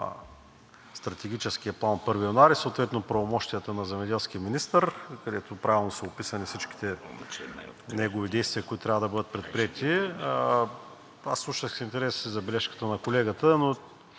Стратегическия план от 1 януари, съответно правомощията на земеделския министър, където правилно са описани всички негови действия, които трябва да бъдат предприети. Аз слушах с интерес и забележката на колегата, но